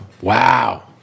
Wow